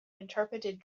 interpreted